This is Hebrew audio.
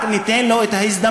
אם רק ניתן לו את ההזדמנות,